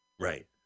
Right